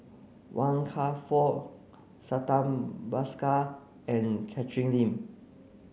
Wan Kam Fook Santha Bhaskar and Catherine Lim